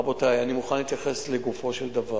רבותי, אני מוכן להתייחס לגופו של דבר.